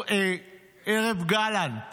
ערב גלנט